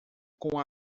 com